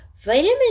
Vitamin